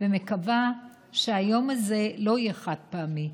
ומקווה שהיום הזה לא יהיה חד-פעמי.